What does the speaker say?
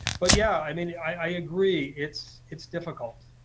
but, yeah, i mean, i agree. it's it's difficult.